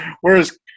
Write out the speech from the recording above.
whereas